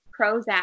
Prozac